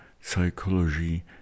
psychology